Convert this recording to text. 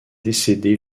décédé